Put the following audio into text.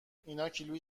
ایناکیلویی